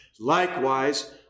Likewise